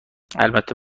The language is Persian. البته